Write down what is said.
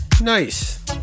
Nice